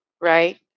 right